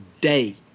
day